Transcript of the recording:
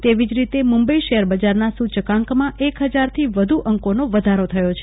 તેવી જ રીતે મુંબઈ શેર બજારનાં સૂચકાંકમાં એક હજાર થી વધુ અંકો નો વધારો થયો છે